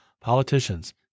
Politicians